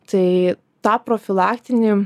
tai tą profilaktinį